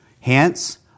Hence